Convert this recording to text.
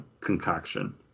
Concoction